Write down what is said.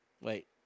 wait